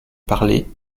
parlait